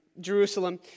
Jerusalem